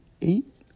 eight